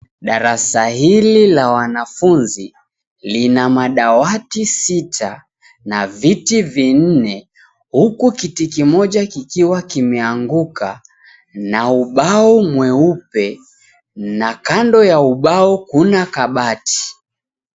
Darasa hili la wanafunzi lina madawati sita na viti vinne huku kiti kimoja kikiwa kimeanguka na ubao mweupe na kando ya ubao kuna kabati.